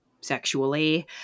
sexually